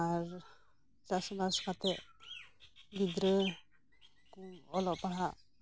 ᱟᱨ ᱪᱟᱥ ᱵᱟᱥ ᱠᱟᱛᱮᱫ ᱜᱤᱫᱽᱨᱟᱹ ᱠᱚ ᱚᱞᱚᱜ ᱯᱟᱲᱦᱟᱜ